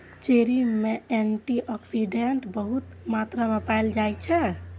cherry मे antioxidant बहुत मात्रा मे पाएल जाइ छै